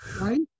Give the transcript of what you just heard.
right